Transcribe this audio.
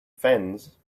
fence